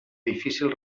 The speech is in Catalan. difícil